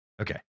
Okay